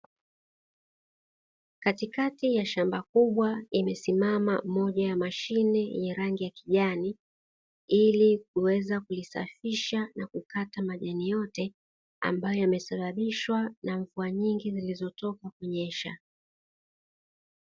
Katikati ya shmba kubwa imesimama moja ya mashine yenye rangi ya kijani ili kuweza kuisafisha na kukata majani yote, ambayo yamesababishwa na mvua nyingi zilizotoka kunyesha.